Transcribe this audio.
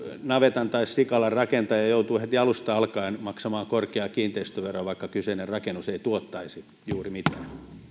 navetan tai sikalan rakentaja joutuu heti alusta alkaen maksamaan korkeaa kiinteistöveroa vaikka kyseinen rakennus ei tuottaisi juuri mitään